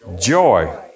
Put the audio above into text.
joy